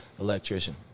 Electrician